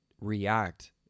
react